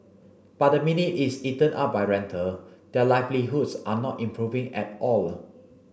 but the minute it's eaten up by rental their livelihoods are not improving at all